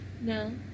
No